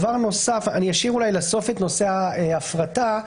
אני אשאיר לסוף את נושא ההפרטה.